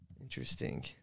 Interesting